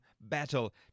Battle